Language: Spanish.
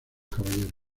caballeros